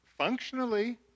Functionally